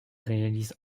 réalise